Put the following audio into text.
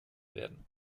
werden